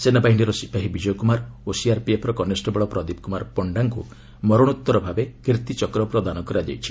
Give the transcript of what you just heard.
ସେନାବାହିନୀର ସିପାହୀ ବିଜୟ କ୍ରମାର ଓ ସିଆର୍ପିଏଫ୍ର କନେଷ୍ଟବଳ ପ୍ରଦୀପ କୁମାର ପଶ୍ଡାଙ୍କୁ ମରଣୋତ୍ତର ଭାବେ କିର୍ଭୀଚକ୍ର ପ୍ରଦାନ କରାଯାଇଛି